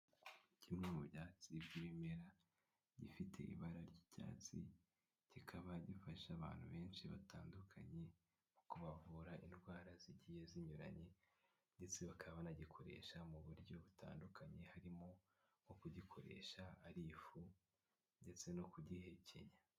Kimwe mu byatsi by'ibimera gifite ibara ry'icyatsi, cyikaba gifasha abantu benshi batandukanye kubavura indwara zigiye zinyuranye, ndetse bakaba banagikoresha mu buryo butandukanye harimo nko kugikoresha ari ifu, ndetse no kugihekenya.